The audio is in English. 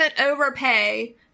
overpay